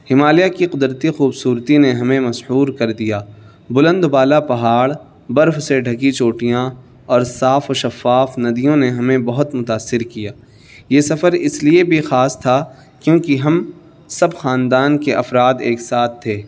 ہمالیہ کی قدرتی خوبصورتی نے ہمیں مسحور کر دیا بلند بالا پہاڑ برف سے ڈھکی چوٹیاں اور صاف و شفاف ندیوں نے ہمیں بہت متاثر کیا یہ سفر اس لیے بھی خاص تھا کیونکہ ہم سب خاندان کے افراد ایک ساتھ تھے